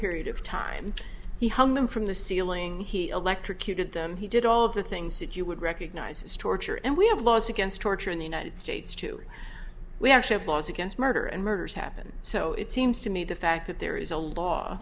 period of time he hung them from the ceiling he electrocuted them he did all of the things that you it recognizes torture and we have laws against torture in the united states too we actually have laws against murder and murders happen so it seems to me the fact that there is a law